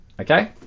Okay